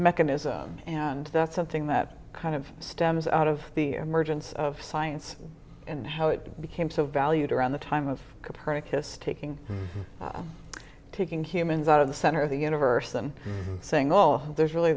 mechanism and that's something that kind of stems out of the emergence of science and how it became so valued around the time of copernicus taking taking humans out of the center of the universe and saying oh there's really